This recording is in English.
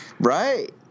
Right